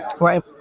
Right